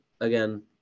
again